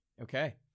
Okay